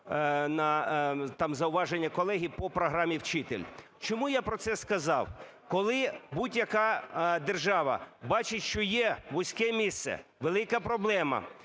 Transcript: там зауваження колеги по програмі "Вчитель". Чому я про це сказав? Коли будь-яка держава бачить, що є вузьке місце, велика проблема,